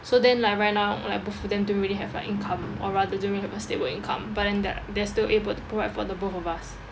so then right now like both of them don't really have like income or rather don't really have a stable income but then they're like they're still able to provide for the both of us